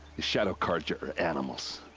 the shadow carja are animals!